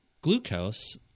glucose